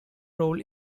role